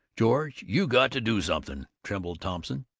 george, you got to do something! trembled thompson.